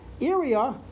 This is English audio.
area